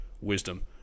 wisdom